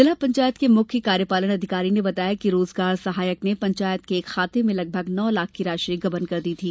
जिला पंचायत के मुख्य कार्यपालन अधिकारी ने बताया कि रोजगार सहायक ने पंचायत के खाते से लगभग नौ लाख की राशि गबन कर दी थी